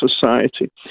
society